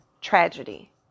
tragedy